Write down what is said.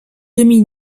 demi